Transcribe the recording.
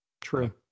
true